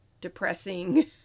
depressing